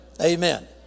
Amen